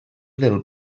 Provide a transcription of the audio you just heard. del